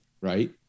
right